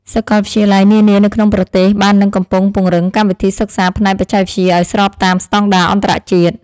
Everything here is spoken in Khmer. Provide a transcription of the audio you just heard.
សាកលវិទ្យាល័យនានានៅក្នុងប្រទេសបាននឹងកំពុងពង្រឹងកម្មវិធីសិក្សាផ្នែកបច្ចេកវិទ្យាឱ្យស្របតាមស្តង់ដារអន្តរជាតិ។